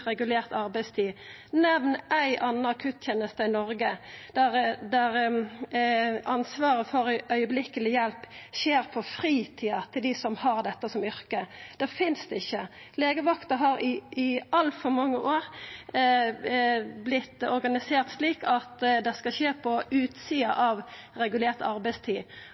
regulert arbeidstid. Nemn ei anna akutteneste i Noreg der ansvaret for akutthjelp skjer på fritida til dei som har dette som yrke. Det finst ikkje. Legevakta har i altfor mange år vorten organisert slik at det skal skje på utsida av regulert arbeidstid.